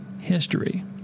history